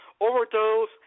overdose